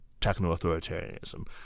techno-authoritarianism